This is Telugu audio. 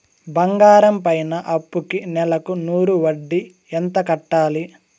బంగారం పైన అప్పుకి నెలకు నూరు వడ్డీ ఎంత కట్టాలి?